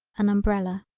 an umbrella.